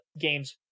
games